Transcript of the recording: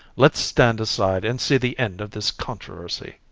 let's stand aside and see the end of this controversy.